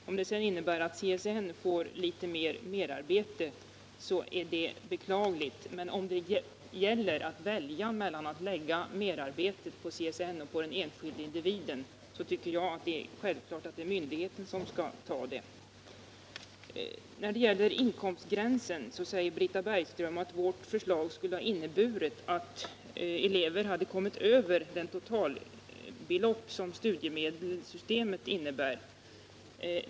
Om systemet sedan medför att CSN får merarbete, så är det beklagligt. Men gäller det att välja mellan att lägga merarbetet på CSN eller på den enskilde individen, så tycker jag det är självklart att myndigheten skall ta merarbetet. När det gäller inkomstgränsen säger Britta Bergström att vårt förslag skulle ha inneburit att elever hade kommit över det normalbelopp som studiemedelssystemet innebär.